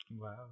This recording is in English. Wow